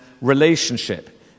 relationship